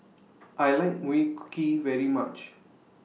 I like Mui cookie very much